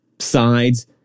sides